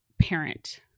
parent